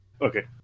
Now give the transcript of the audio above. Okay